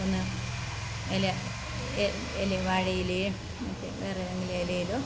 ഒന്ന് ഇല വാഴയിലയോ വേറെ ഇലയിലോ